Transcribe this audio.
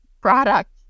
product